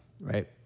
right